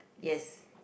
yes